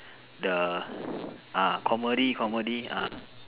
the ah comedy comedy ah